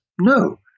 No